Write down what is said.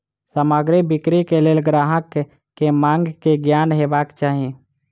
सामग्री बिक्री के लेल ग्राहक के मांग के ज्ञान हेबाक चाही